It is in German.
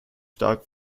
stark